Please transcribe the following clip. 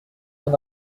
mon